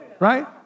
Right